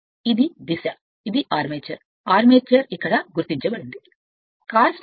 మరియు ఇది దిశ ఇది ఆర్మేచర్ ఆర్మేచర్ ఇక్కడ గుర్తించబడింది ఇది ఆర్మేచర్